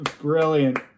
Brilliant